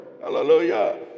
Hallelujah